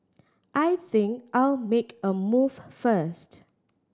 I think I'll make a move first